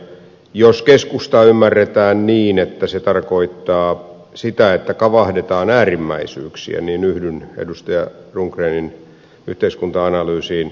jos keskusta ymmärretään niin että se tarkoittaa sitä että kavahdetaan äärimmäisyyksiä niin yhdyn edustaja rundgrenin yhteiskunta analyysiin